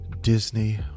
Disney